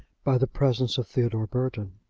by the presence of theodore burton.